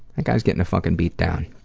that guy's getting a fucking beat down.